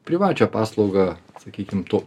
privačią paslaugą sakykim tu